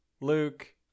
luke